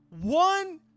One